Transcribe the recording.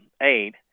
aid